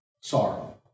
sorrow